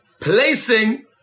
placing